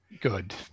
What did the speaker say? good